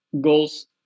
goals